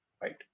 right